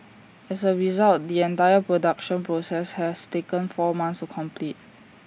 as A result the entire production process has taken four months to complete